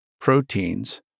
proteins